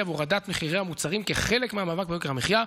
והורדת מחירי המוצרים כחלק מהמאבק ביוקר המחיה.